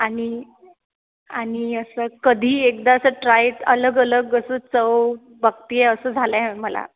आणी आणी अस कधी एकदा अस ट्राय अलग अलग जस चव बगतीय अस झालय मला